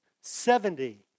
Seventy